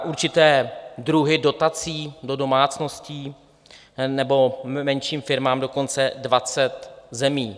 určité druhy dotací do domácností nebo menším firmám dokonce 20 zemí.